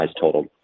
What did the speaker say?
total